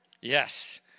Yes